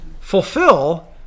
fulfill